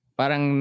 parang